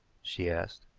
she asked.